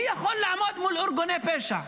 מי יכול לעמוד מול ארגוני פשע?